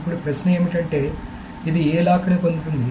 ఇప్పుడు ప్రశ్న ఏమిటంటే ఇది ఏ లాక్ ని పొందుతుంది